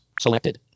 Selected